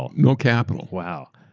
um no capital. wow.